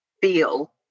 feel